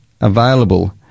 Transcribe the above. available